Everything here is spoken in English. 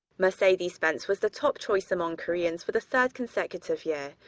mercedes-benz was the top choice among koreans for the third consecutive year,